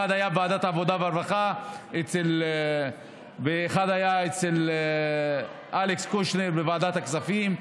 אחד היה בוועדת העבודה והרווחה ואחד היה אצל אלכס קושניר בוועדת הכספים.